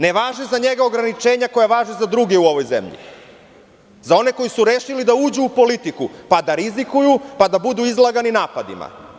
Ne važe za njega ograničenja koja važe za druge u ovoj zemlji, za one koji su rešili da uđu u politiku, pa da rizikuju, da budu izlagani napadima.